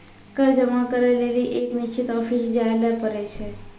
कर जमा करै लेली एक निश्चित ऑफिस जाय ल पड़ै छै